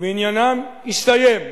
ועניינם הסתיים.